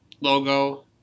logo